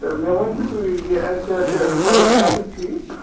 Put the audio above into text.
تہٕ مےٚ ؤنۍتو تُہۍ یہِ اٮ۪گزیکٹ سایِٹ کَتٮ۪تھ چھُ یہِ